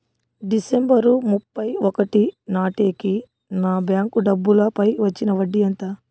December ముప్పై ఒకటి నాటేకి నా బ్యాంకు డబ్బుల పై వచ్చిన వడ్డీ ఎంత?